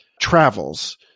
travels